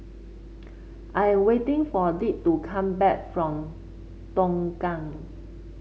I'm waiting for Dick to come back from Tongkang